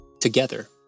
together